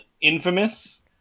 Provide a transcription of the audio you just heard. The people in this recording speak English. Infamous